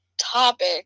topic